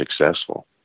successful